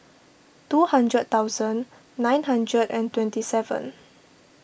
two hundred thousand nine hundred and twenty seven